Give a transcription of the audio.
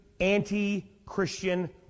anti-Christian